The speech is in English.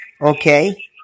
Okay